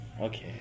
Okay